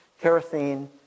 kerosene